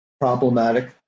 problematic